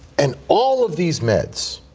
and all of these meds,